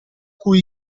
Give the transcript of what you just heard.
cui